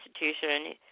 institution